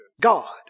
God